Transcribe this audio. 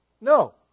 No